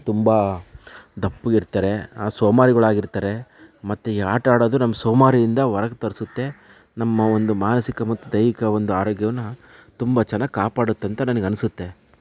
ತುಂಬ ದಪ್ಪಗಿರ್ತಾರೆ ಸೋಮಾರಿಗಳಾಗಿರ್ತಾರೆ ಮತ್ತೆ ಈ ಆಟ ಆಡೋದು ನಮ್ಮ ಸೋಮಾರಿಯಿಂದ ಹೊರಗೆ ತರಿಸುತ್ತೆ ನಮ್ಮ ಒಂದು ಮಾನಸಿಕ ಮತ್ತು ದೈಹಿಕ ಒಂದು ಆರೋಗ್ಯವನ್ನು ತುಂಬ ಚೆನ್ನಾಗಿ ಕಾಪಾಡುತ್ತೆ ಅಂತ ನನಿಗನ್ಸುತ್ತೆ